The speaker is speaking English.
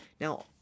Now